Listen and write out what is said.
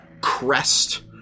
crest